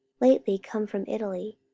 lately come from italy,